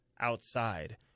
outside